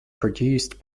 produced